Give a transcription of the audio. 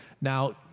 Now